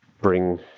bring